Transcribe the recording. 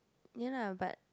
ya lah but